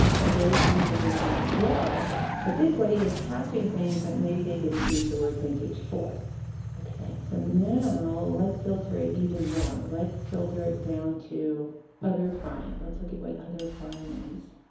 but there is vintage in here as well but this way you're catching things that maybe they didn't use the word vintage for okay so now let's filter it even more let's filter it down to other fine let's look at what other fine is